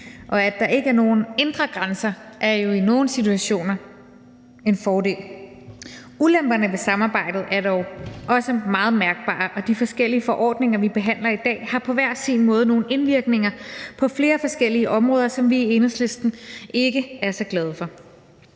Og at der ikke er nogen indre grænser, er jo i nogle situationer en fordel. Ulemperne ved samarbejdet er dog også meget mærkbare, og de forskellige forordninger, vi behandler i dag, har på hver sin måde nogen virkninger på flere forskellige områder, som vi i Enhedslisten ikke er så glade for.